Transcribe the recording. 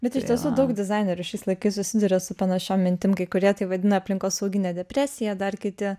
bet iš tiesų daug dizainerių šiais laikais susiduria su panašiom mintim kai kurie tai vadina aplinkosaugine depresija dar kiti